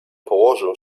położył